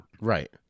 Right